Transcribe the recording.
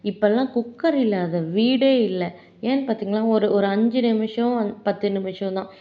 இப்போல்லாம் குக்கர் இல்லாத வீடே இல்லை ஏன்னு பார்த்தீங்களா ஒரு ஒரு அஞ்சு நிமிஷம் அந் பத்து நிமிஷம் தான்